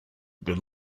good